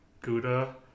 gouda